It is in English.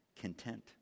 content